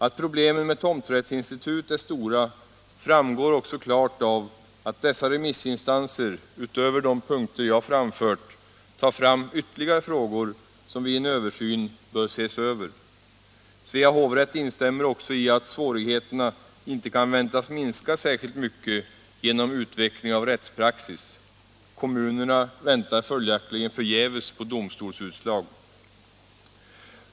Att problemen med tomträttsinstitutet är stora framgår också klart av att dessa remissinstanser, utöver de punkter jag framfört, tar fram ytterligare frågor som vid en översyn bör ses över. Svea hovrätt instämmer också i att svårigheterna inte kan väntas minska särskilt mycket genom utveckling av rättspraxis. Kommunerna väntar följaktligen förgäves på domstolsutslag.